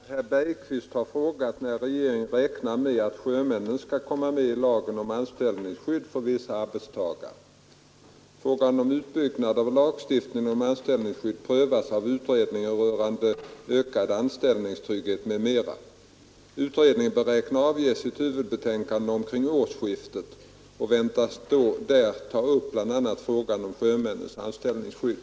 Herr talman! Herr Bergqvist har frågat när regeringen räknar med att sjömännen skall komma med i lagen om anställningsskydd för vissa arbetstagare. Frågan om utbyggnad av lagstiftningen om anställningsskydd prövas av utredningen rörande ökad anställningstrygghet m.m. Utredningen beräknas avge sitt huvudbetänkande omkring årsskiftet och väntas där ta upp bl.a. frågan om sjömännens anställningsskydd.